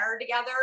together